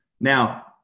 Now